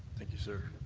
thank you, sir.